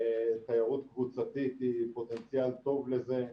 תיירות קבוצתית היא פוטנציאל טוב לזה.